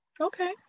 Okay